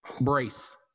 Brace